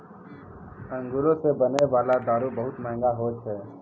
अंगूरो से बनै बाला दारू बहुते मंहगा होय छै